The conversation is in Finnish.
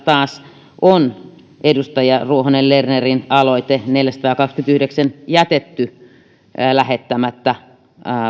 taas on edustaja ruohonen lernerin aloite neljäsataakaksikymmentäyhdeksän jätetty lähettämättä